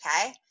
okay